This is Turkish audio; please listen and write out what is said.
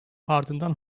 ardından